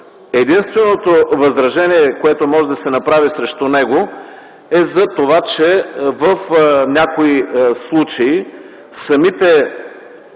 Единственото възражение, което може да се направи срещу него, е за това, че в някои случаи самите